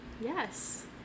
Yes